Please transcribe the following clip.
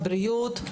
משרד הבריאות,